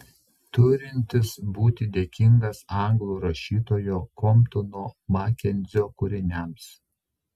turintis būti dėkingas anglų rašytojo komptono makenzio kūriniams